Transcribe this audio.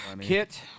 Kit